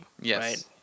Yes